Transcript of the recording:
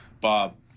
Bob